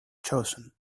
chosen